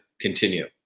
continue